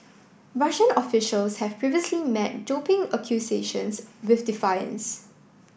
Russian officials have previously met doping accusations with defiance